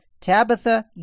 Tabitha